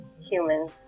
humans